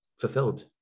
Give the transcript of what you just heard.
fulfilled